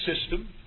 system